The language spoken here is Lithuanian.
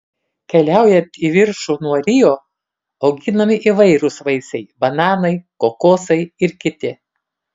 keliaujant į viršų nuo rio auginami įvairūs vaisiai bananai kokosai ir kiti